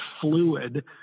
fluid